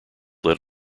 led